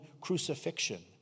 crucifixion